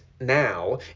now